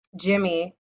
jimmy